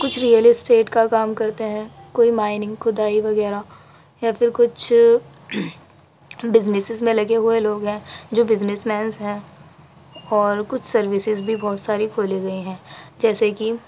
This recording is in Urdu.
کچھ ریئل اسٹیٹ کا کام کرتے ہیں کوئی مائننگ کھدائی وغیرہ یا پھر کچھ بزنسیز میں لگے ہوئے لوگ ہیں جو بزنس مینس ہیں اور کچھ سروسیز بھی بہت ساری کھولے گئے ہیں جیسے کہ